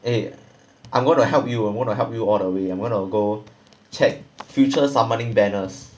eh I'm going to help you I'm gonna help you all the way I'm gonna go check future summoning banners